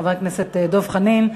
חבר הכנסת דב חנין,